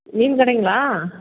மீன் கடைங்களா